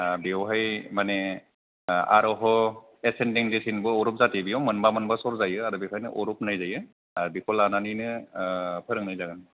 बेवहाय माने आर'ह एसेनदिं दिसेनबो औरब जाथि बेयाव मोनबा मोनबा सर जायो आरो बेखायनो औरब होननाय जायो आरो बेखौ लानानै फोरोंनाय जागोन